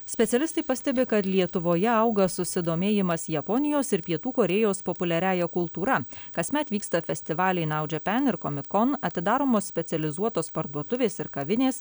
specialistai pastebi kad lietuvoje auga susidomėjimas japonijos ir pietų korėjos populiariąja kultūra kasmet vyksta festivaliai naudžepen ir komikon atidaromos specializuotos parduotuvės ir kavinės